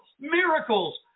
Miracles